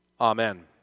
Amen